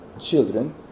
children